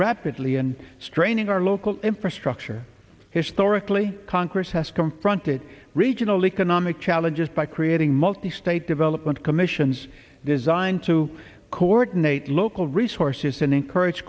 rapidly and straining our local infrastructure historically congress has confronted regional economic challenges by creating multi state development commissions designed to coordinate local resources and encourage